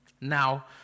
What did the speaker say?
Now